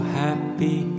happy